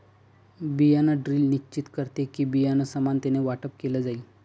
बियाण ड्रिल निश्चित करते कि, बियाणं समानतेने वाटप केलं जाईल